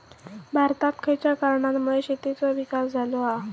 भारतात खयच्या कारणांमुळे शेतीचो विकास झालो हा?